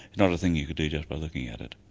not a thing you could do just by looking at it.